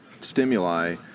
stimuli